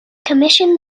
commissioned